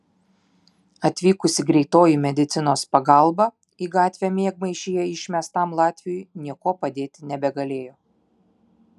atvykusi greitoji medicinos pagalba į gatvę miegmaišyje išmestam latviui niekuo padėti nebegalėjo